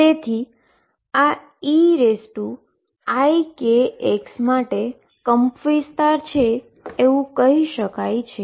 તેથી આ eikx માટે એમ્પ્લીટ્યુડ છે એવુ કહી શકાય છે